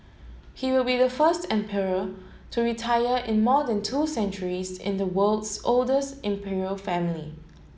he will be the first emperor to retire in more than two centuries in the world's oldest imperial family